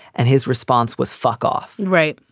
and his response was, fuck off. right.